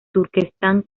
turquestán